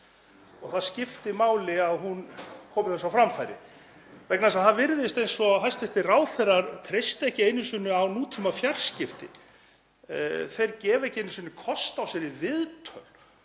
Það skiptir máli að hann komi þessu á framfæri vegna þess að það virðist eins og hæstv. ráðherrar treysti ekki einu sinni á nútímafjarskipti. Þeir gefa ekki einu sinni kost á sér í viðtöl.